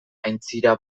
aintzira